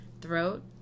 throat